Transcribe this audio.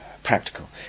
Practical